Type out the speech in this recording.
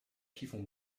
chiffon